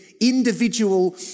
individual